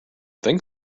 think